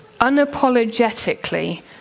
unapologetically